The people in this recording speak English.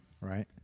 Right